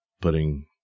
putting